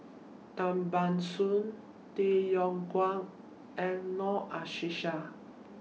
Tan Ban Soon Tay Yong Kwang and Noor Aishah